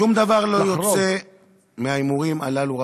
שום דבר לא יוצא מההימורים הללו.